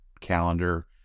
calendar